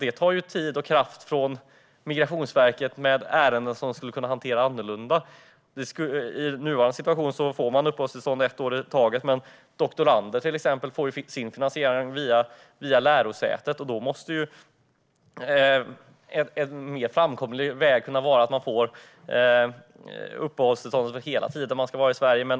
Det tar tid och kraft hos Migrationsverket med ärenden som skulle kunna hanteras annorlunda. I nuvarande situation får man uppehållstillstånd för ett år i taget, men till exempel doktorander får sin finansiering via lärosätet. Då borde en framkomlig väg vara att man får uppehållstillstånd för hela tiden som man ska vara i Sverige.